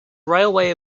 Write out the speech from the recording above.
railway